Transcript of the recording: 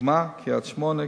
לדוגמה קריית-שמונה,